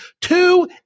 two